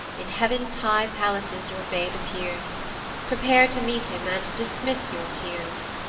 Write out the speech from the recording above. in heav'ns high palaces your babe appears prepare to meet him, and dismiss your tears.